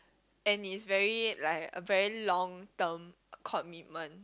and it's very like a very long term commitment